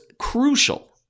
crucial